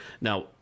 now